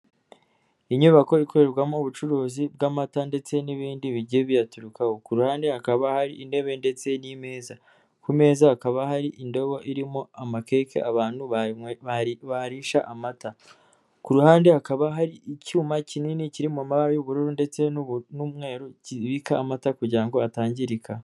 Inyubako ikorerwamo ubucuruzi bw'amata ndetse n'ibindi bijye biyaturukaho. Ku ruhande hakaba hari intebe ndetse n'imeza. Ku meza hakaba hari indobo irimo amakeke abantu baririsha amata. Ku ruhande hakaba hari icyuma kinini kirimo mabara y'ubururu ndetse n'umweru kibika amata, kugira ngo atangirika.